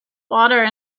water